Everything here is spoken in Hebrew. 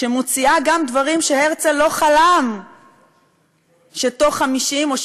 שהיא מוציאה גם דברים שהרצל לא חלם שבתוך 50 או